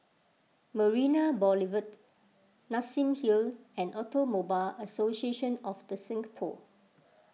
Marina Boulevard Nassim Hill and Automobile Association of the Singapore